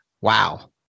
Wow